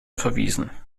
verwiesen